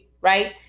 right